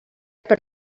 per